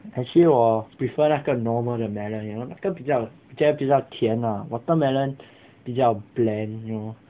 actually 我 prefer 那个 normal 的 melon you know 那个比较比较甜啦 watermelon 比较 bland you know